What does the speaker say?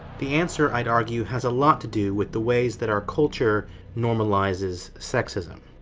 the answer, i'd argue, has a lot to do with the ways that our culture normalizes sexism.